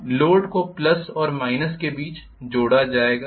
अब लोड को प्लस और माइनस के बीच जोड़ा जाएगा